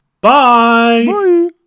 Bye